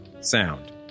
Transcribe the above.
sound